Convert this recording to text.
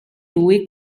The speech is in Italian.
lui